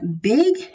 big